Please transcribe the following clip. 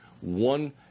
one